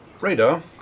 Radar